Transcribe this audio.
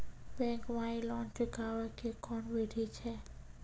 Bank माई loan चुकाबे के कोन बिधि छै?